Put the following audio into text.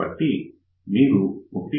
కాబట్టి మీరు 1